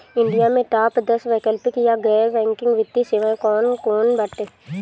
India में top दस वैकल्पिक या गैर बैंकिंग वित्तीय सेवाएं कौन कोन बाटे?